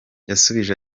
yasubije